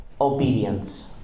obedience